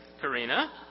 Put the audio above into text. Karina